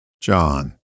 John